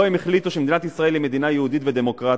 לא הם החליטו שמדינת ישראל היא מדינה יהודית ודמוקרטית.